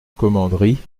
commanderie